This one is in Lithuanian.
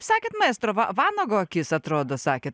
sakėt maestro va vanago akis atrodo sakėt